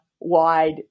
wide